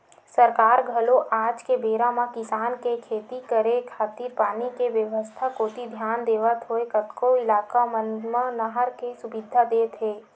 सरकार घलो आज के बेरा म किसान के खेती करे खातिर पानी के बेवस्था कोती धियान देवत होय कतको इलाका मन म नहर के सुबिधा देत हे